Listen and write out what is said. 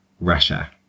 Russia